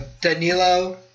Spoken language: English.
Danilo